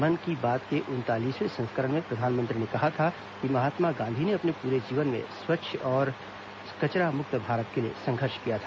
मन की बात के उनतालीसवें संस्करण में प्रधानमंत्री ने कहा था कि महात्मा गांधी ने अपने पूरे जीवन में स्वच्छ भारत और कचरा मुक्त भारत के लिए संघर्ष किया था